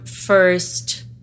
first